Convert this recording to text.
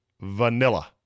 Vanilla